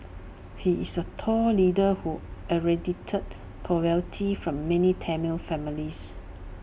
he is A tall leader who eradicated poverty from many Tamil families